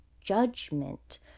judgment